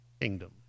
kingdom